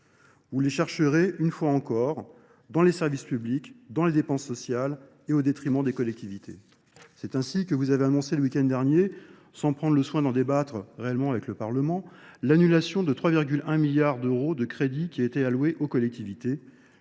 Vous les chercherez, une fois encore, dans les services publics, dans les dépenses sociales et au détriment des collectivités. C'est ainsi que vous avez annoncé le week-end dernier, sans prendre le soin d'en débattre réellement avec le Parlement, l'annulation de 3,1 milliards d'euros de crédit qui a été alloué aux collectivités.